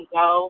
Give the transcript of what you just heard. go